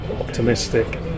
optimistic